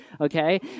okay